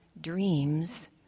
dreams